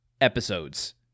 episodes